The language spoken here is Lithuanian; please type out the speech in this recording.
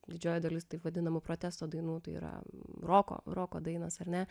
didžioji dalis taip vadinamų protesto dainų tai yra roko roko dainos ar ne